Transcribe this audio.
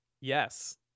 Yes